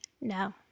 No